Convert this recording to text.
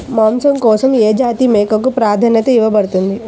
మాంసం కోసం ఏ జాతి మేకకు ప్రాధాన్యత ఇవ్వబడుతుంది?